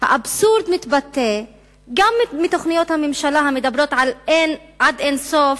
האבסורד מתבטא גם בתוכניות ממשלה המדברות עד אין-סוף